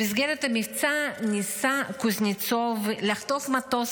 במסגרת המבצע ניסה קוזנצוב לחטוף מטוס